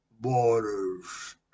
Borders